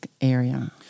area